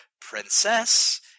princess